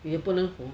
也不能